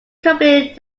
company